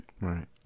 Right